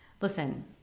Listen